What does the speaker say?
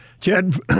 Chad